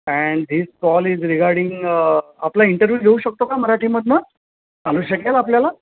and this call is regarding आपला interview घेऊ शकतो का मराठीमधून चालू शकेल आपल्याला